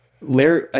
Larry